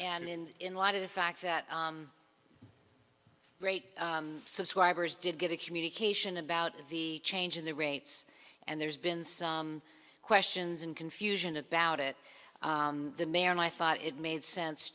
and in in light of the fact that great subscribers did get a communication about the change in the rates and there's been some questions and confusion about it the mayor and i thought it made sense